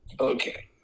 Okay